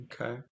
Okay